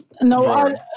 No